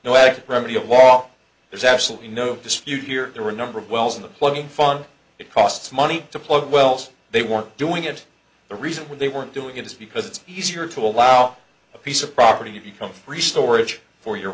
noetic remedy of law there's absolutely no dispute here there were a number of wells in the plumbing fun it costs money to plug wells they weren't doing it the reason why they weren't doing it is because it's easier to allow a piece of property to become free storage for your